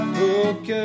book